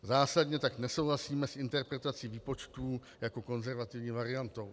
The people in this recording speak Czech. Zásadně tak nesouhlasíme s interpretací výpočtů jako konzervativní variantou.